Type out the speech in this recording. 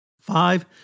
Five